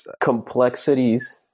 complexities